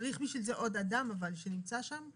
צריך בשביל זה עוד אדם שנמצא שם?